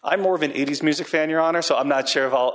i'm more of an eighty's music fan your honor so i'm not sure of all